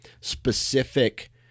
specific